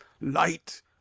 light